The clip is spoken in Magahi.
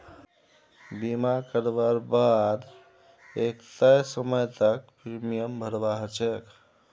बीमा करवार बा द एक तय समय तक प्रीमियम भरवा ह छेक